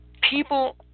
People